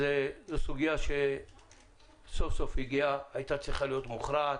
זאת סוגיה שסוף סוף הייתה צריכה להיות מוכרעת.